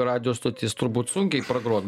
radijo stotis turbūt sunkiai pagroja